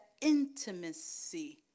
intimacy